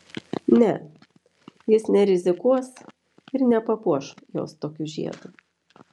ne jis nerizikuos ir nepapuoš jos tokiu žiedu